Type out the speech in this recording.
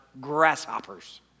grasshoppers